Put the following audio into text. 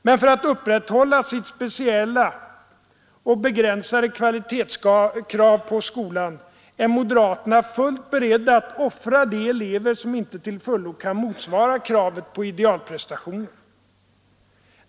Men för att upprätthålla sitt speciella och begränsade kvalitetskrav på skolan är moderaterna fullt beredda att offra de elever som inte till fullo kan motsvara kravet på idealprestationer.